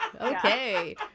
okay